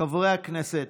חברות הכנסת,